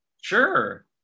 Sure